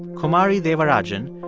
kumari devarajan,